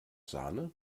sahne